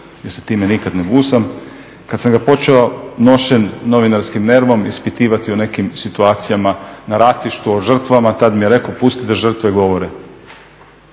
jer se time nikad ne gusam, kad sam ga počeo nošen novinarskim … ispitivati o nekim situacijama na ratištu, o žrtvama, tad mi je rekao pusti da žrtve govore.